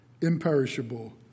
imperishable